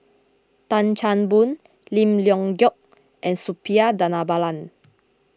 Tan Chan Boon Lim Leong Geok and Suppiah Dhanabalan